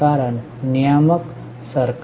कारण नियामक सरकार